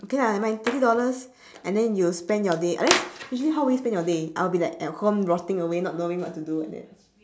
okay lah nevermind twenty dollars and then you spend your day unless usually how you will spend your day I will be like at home rotting away not knowing what to do like that